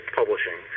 publishing